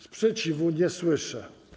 Sprzeciwu nie słyszę.